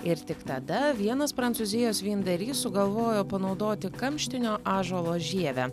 ir tik tada vienas prancūzijos vyndarys sugalvojo panaudoti kamštinio ąžuolo žievę